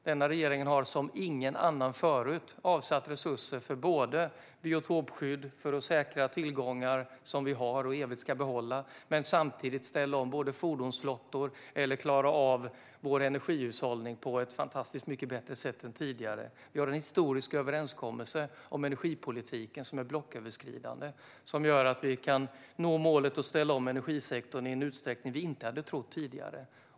Denna regering har som ingen annan förut avsatt resurser för biotopskydd, för att säkra tillgångar som vi har och evigt ska behålla, samtidigt som vi ska ställa om fordonsflottan och klara av vår energihushållning på ett fantastiskt mycket bättre sätt än tidigare. Vi har en historisk överenskommelse om energipolitiken som är blocköverskridande. Den gör att vi kan nå målet att ställa om energisektorn i en utsträckning vi inte hade trott tidigare.